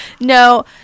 no